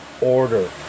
order